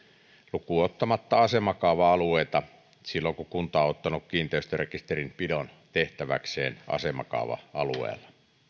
lukuun ottamatta asemakaava alueita silloin kun kunta on ottanut kiinteistörekisterinpidon tehtäväkseen asemakaava alueella